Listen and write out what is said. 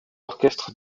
orchestre